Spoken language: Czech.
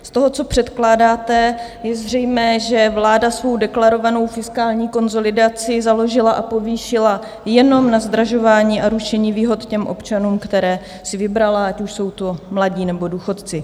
Z toho, co předkládáte, je zřejmé, že vláda svou deklarovanou fiskální konsolidaci založila a povýšila jenom na zdražování a rušení výhod těm občanům, které si vybrala, ať už jsou to mladí, nebo důchodci.